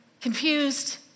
confused